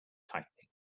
tightening